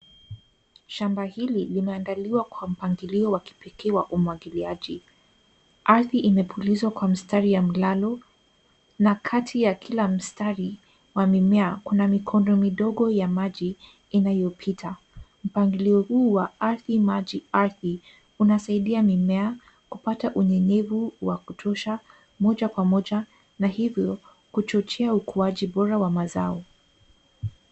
Shamba hili limeandaliwa kwa mpangilio wa kipekee wa umwagiliaji. Ardhi imepulizwa kwa mistari ya mlalo na kati ya kila mstari wa mimea kuna mikondo midogo ya maji inayopita. Mpangilio huu wa ardhi, maji, ardhi unasaidia mimea kupata unyevu wa kutosha moja kwa moja na hivyo kuchochea ukuaji bora wa mazao.